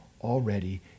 already